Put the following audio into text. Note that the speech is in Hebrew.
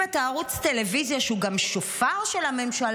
אם אתה ערוץ טלוויזיה שהוא גם שופר של הממשלה,